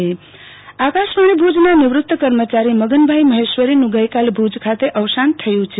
આરતી ભટ અવસાન આકાશવાણી ભુજના નિવૃત કર્મચારી મગનભાઈ મહેશ્વરીનું ગઈકાલે ભુજ ખાત અવસાન થયું છે